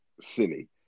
silly